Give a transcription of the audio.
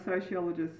sociologist